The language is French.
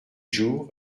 jours